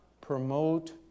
promote